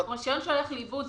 רישיון שהלך לאיבוד,